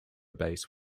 base